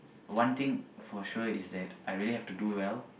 one thing for sure is that I really have to do well